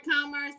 commerce